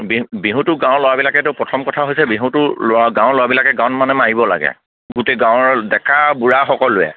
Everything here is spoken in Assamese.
বিহুটো গাঁৱৰ ল'ৰাবিলাকেতো প্ৰথম কথা হৈছে বিহুটো গাঁৱৰ ল'ৰাবিলাকে গাঁৱত মানে মাৰিব লাগে গোটেই গাঁৱৰ ডেকা বুঢ়া সকলোৱে